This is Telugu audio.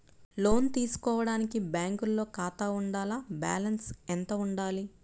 లోను తీసుకోవడానికి బ్యాంకులో ఖాతా ఉండాల? బాలన్స్ ఎంత వుండాలి?